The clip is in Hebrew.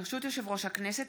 ברשות יושב-ראש הכנסת,